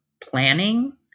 planning